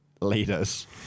leaders